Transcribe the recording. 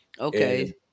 Okay